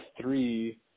three